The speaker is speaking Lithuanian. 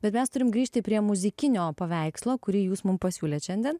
bet mes turim grįžti prie muzikinio paveikslo kurį jūs mum pasiūlėt šiandien